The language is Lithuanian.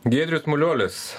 giedrius muliuolis